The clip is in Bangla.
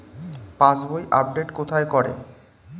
পাসবই আপডেট কোথায় করে?